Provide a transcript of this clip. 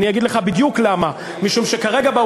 אני אגיד לך בדיוק למה: משום שכרגע יש